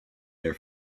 their